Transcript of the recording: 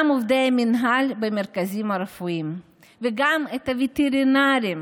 גם עובדי מינהל במרכזים הרפואיים וגם את הווטרינרים,